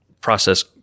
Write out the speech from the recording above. process